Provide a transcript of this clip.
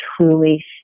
truly